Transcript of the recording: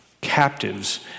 captives